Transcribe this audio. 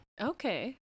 Okay